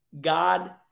God